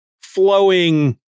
flowing